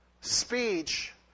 speech